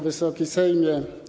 Wysoki Sejmie!